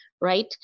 Right